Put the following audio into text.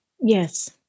Yes